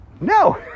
No